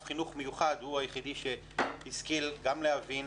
חינוך מיוחד הוא היחיד שהשכיל גם להבין,